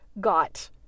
got